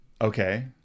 okay